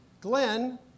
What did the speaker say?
Glenn